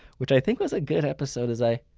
which i think was a good episode as i,